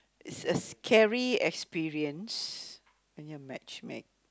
is a scary experience when you're matchmake